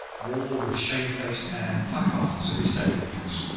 wore with shamefaced air placards of estate-agents,